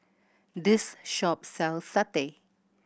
this shop sells satay